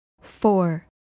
four